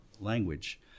language